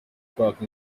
kwaka